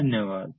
धन्यवाद